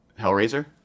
hellraiser